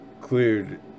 cleared